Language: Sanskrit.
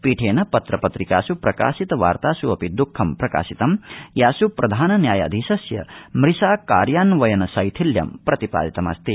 पीठेन पत्र पत्रिकास् प्रकाशित वार्तास् अपि दखं प्रकाशित यास् प्रधान न्यायाधीशस्य मृषा कार्यान्वयन शैशिल्यं प्रतिपादितमस्ति